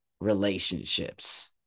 relationships